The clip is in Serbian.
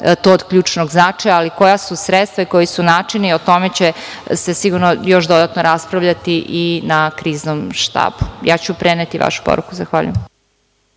to od ključnog značaja, ali koja su sredstva i koji su načini o tome će se sigurno još dodatno raspravljati i na kriznom štabu. Preneću vašu poruku. **Radovan